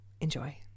Enjoy